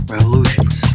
Revolutions